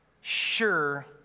sure